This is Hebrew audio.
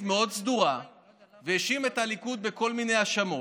מאוד סדורה והאשים את הליכוד בכל מיני האשמות,